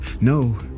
No